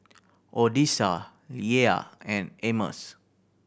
Odessa Leia and Amos